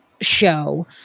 show